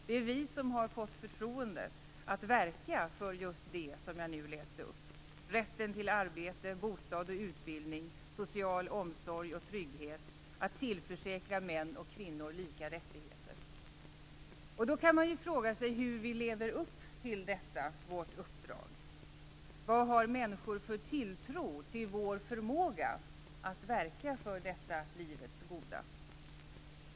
Det är vi som har fått förtroendet att verka för just det som jag nu läste upp: rätten till arbete, bostad och utbildning, social omsorg och trygghet och att tillförsäkra män och kvinnor lika rättigheter. Man kan då fråga sig hur vi lever upp till detta vårt uppdrag. Vad har människor för tilltro till vår förmåga att verka för detta livets goda?